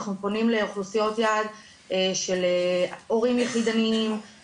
אנחנו פונים לאוכלוסיות יעד של הורים יחידניים,